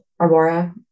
Aurora